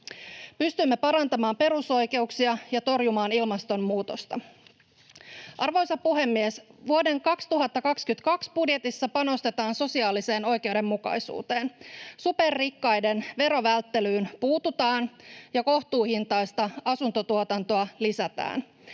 pystymme parantamaan perusoikeuksia ja torjumaan ilmastonmuutosta. Arvoisa puhemies! Vuoden 2022 budjetissa panostetaan sosiaaliseen oikeudenmukaisuuteen. Superrikkaiden verovälttelyyn puututaan ja kohtuuhintaista asuntotuotantoa lisätään.